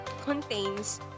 contains